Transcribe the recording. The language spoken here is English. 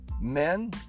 men